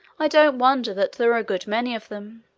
i don't wonder that there were a good many of them.